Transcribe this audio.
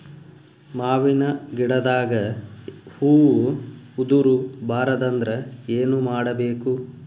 ಮಾವಿನ ಗಿಡದಾಗ ಹೂವು ಉದುರು ಬಾರದಂದ್ರ ಏನು ಮಾಡಬೇಕು?